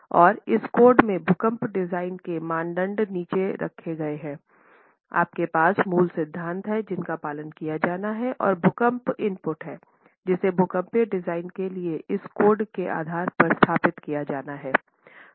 और इस कोड में भूकंप डिजाइन के मानदंड नीचे रखे गए हैं आपके पास मूल सिद्धांत हैं जिनका पालन किया जाना है और भूकंप इनपुट है जिसे भूकंपीय डिजाइन के लिए इस कोड के आधार पर स्थापित किया जाना है